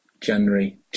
January